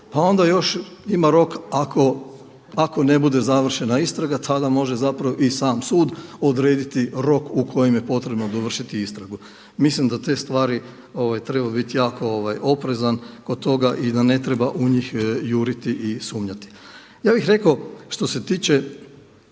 pa onda još ima rok ako ne bude završena istraga tada može zapravo i sam sud odrediti rok u kojem je potrebno dovršiti istragu. Mislim da za te stvari treba biti jako oprezan oko toga i da ne treba u njih juriti i sumnjati. Ja bih rekao što se tiče